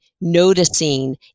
noticing